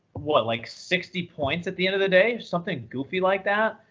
what, like sixty points at the end of the day, something goofy like that?